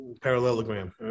parallelogram